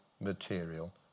material